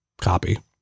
copy